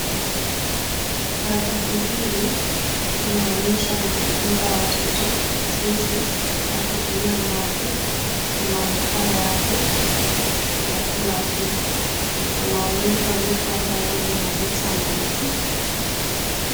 Karatasi hili inaonyesha na kufunza watoto, jinsi ya kutumia maji na manufaa yake ya kila siku. Wanaonyeshwa vitu ambazo zinaleta maji.